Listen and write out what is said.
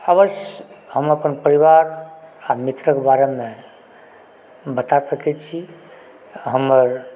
अवश्य हम अपन परिवार आ मित्रक बारेमे बता सकैत छी आ हमर